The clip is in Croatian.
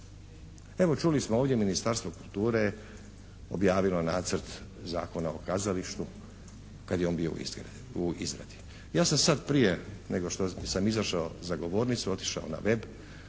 Evo čuli smo ovdje, Ministarstvo kulture objavilo Nacrt zakona o kazalištu kad je on bio u izradi. Ja sam sad prije nego što sam izašao na govornicu otišao na web.